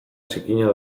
zikina